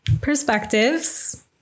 perspectives